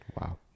wow